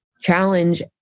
challenge